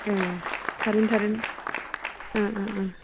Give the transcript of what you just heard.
ए current थारेन्ट ओ ओ ओ